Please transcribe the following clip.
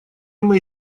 мои